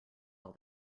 all